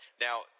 Now